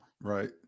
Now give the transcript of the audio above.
Right